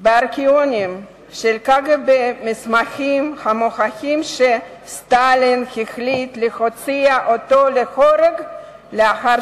בארכיונים של הקג"ב מסמכים המוכיחים שסטלין החליט להוציא אותו להורג לאחר